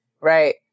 Right